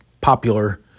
popular